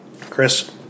Chris